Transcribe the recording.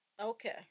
okay